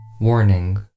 Warning